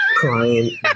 crying